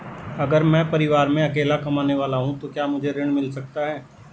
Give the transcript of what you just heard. अगर मैं परिवार में अकेला कमाने वाला हूँ तो क्या मुझे ऋण मिल सकता है?